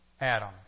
Adam